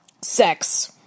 sex